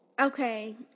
Okay